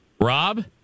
Rob